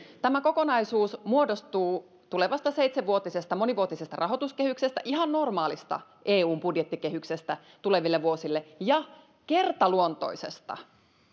tämä kokonaisuus muodostuu tulevasta seitsenvuotisesta monivuotisesta rahoituskehyksestä ihan normaalista eun budjettikehyksestä tuleville vuosille ja kertaluontoisesta